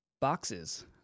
Boxes